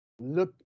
look